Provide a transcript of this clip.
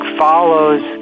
follows